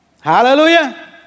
Hallelujah